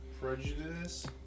Prejudice